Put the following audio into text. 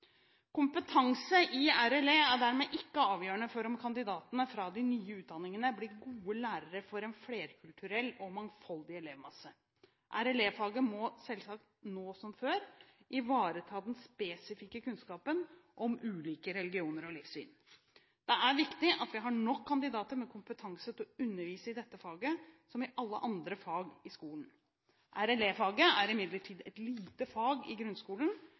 Kompetanse i RLE er dermed ikke avgjørende for om kandidatene fra de nye utdanningene blir gode lærere for en flerkulturell og mangfoldig elevmasse. RLE-faget må selvsagt, nå som før, ivareta den spesifikke kunnskapen om ulike religioner og livssyn. Det er viktig at vi har nok kandidater med kompetanse til å undervise i dette faget, som i alle andre fag, i skolen. RLE-faget er imidlertid et lite fag i grunnskolen,